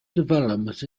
development